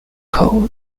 code